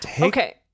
Okay